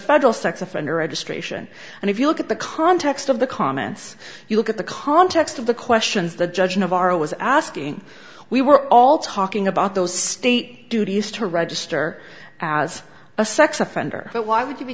federal sex offender registration and if you look at the context of the comments you look at the context of the questions that judge navarro was asking we were all talking about those state duties to register as a sex offender but why would you be